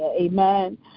amen